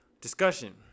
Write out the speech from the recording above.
discussion